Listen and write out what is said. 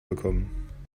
bekommen